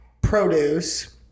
produce